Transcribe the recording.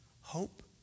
hope